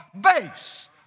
base